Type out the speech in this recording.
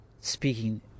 speaking